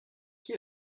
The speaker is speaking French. qui